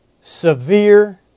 severe